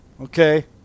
okay